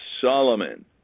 Solomon